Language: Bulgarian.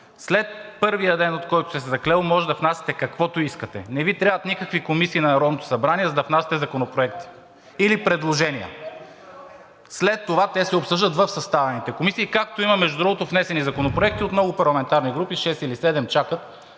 След първия ден, в който сте се заклели от тази трибуна, можете да внасяте каквото искате. Не Ви трябват никакви комисии на Народното събрание, за да внасяте законопроекти или предложения. След това те се обсъждат в съставените комисии. Както има, между другото, внесени законопроекти от много парламентарни групи – шест